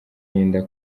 y’inda